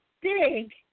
big